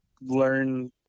learn